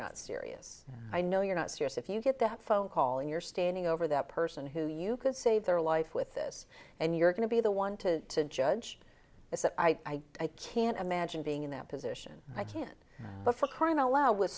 not serious i know you're not serious if you get that phone call and you're standing over that person who you could save their life with this and you're going to be the one to judge is that i can't imagine being in that position i can't but for crying out loud